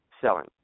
selling